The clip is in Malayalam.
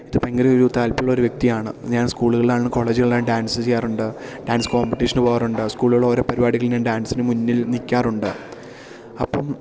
ഇത് ഭയങ്കര ഒരു താല്പര്യമുള്ളൊരു വ്യക്തിയാണ് ഞാൻ സ്കൂളുകളിലാണേലും കോളേജുകളിലാണേലും ഡാൻസ് ചെയ്യാറുണ്ട് ഡാൻസ് കോമ്പറ്റീഷന് പോകാറുണ്ട് സ്കൂളിലുള്ള ഓരോ പരിപാടികളിൽ ഞാൻ ഡാൻസിനു മുന്നിൽ നില്ക്കാറുണ്ട് അപ്പോള്